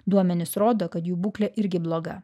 duomenys rodo kad jų būklė irgi bloga